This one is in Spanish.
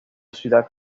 ciudad